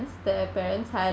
that her parents had